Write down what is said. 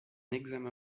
examen